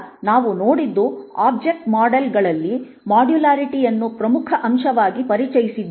ಆದ್ದರಿಂದ ನಾವು ನೋಡಿದ್ದು ಆಬ್ಜೆಕ್ಟ್ ಮಾಡೆಲ್ ಗಳಲ್ಲಿ ಮಾಡ್ಯುಲ್ಯಾರಿಟಿ ಯನ್ನು ಪ್ರಮುಖ ಅಂಶವಾಗಿ ಪರಿಚಯಿಸಿದ್ದೇವೆ